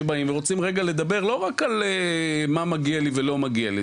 שבאים ורוצים רגע לדבר לא רק על מה מגיע לי ולא מגיע לי.